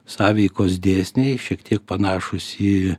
sąveikos dėsniai šiek tiek panašūs į